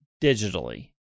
digitally